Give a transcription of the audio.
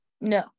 No